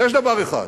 יש דבר אחד